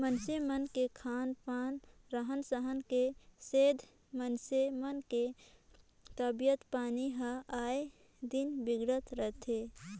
मइनसे मन के खान पान, रहन सहन के सेंधा मइनसे मन के तबियत पानी हर आय दिन बिगड़त रथे